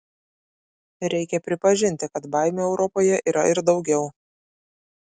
reikia pripažinti kad baimių europoje yra ir daugiau